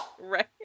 Right